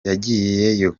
yagiyeyo